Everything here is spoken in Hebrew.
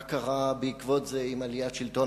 מה קרה בעקבות זה עם עליית שלטון